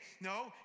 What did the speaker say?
No